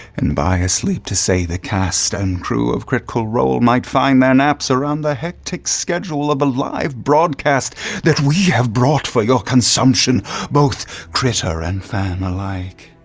and by a sleep to say the cast and crew of critical role might find their naps around their hectic schedule of a live broadcast that we have brought for your consumption both critter and fan alike.